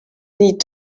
need